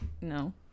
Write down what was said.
No